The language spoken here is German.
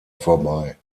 vorbei